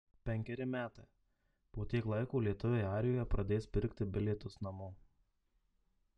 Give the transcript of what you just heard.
penkeri metai po tiek laiko lietuviai airijoje pradės pirkti bilietus namo